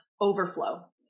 overflow